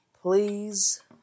Please